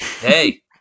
Hey